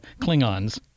Klingons